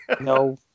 No